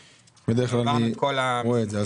בדרך כלל אני רואה את זה.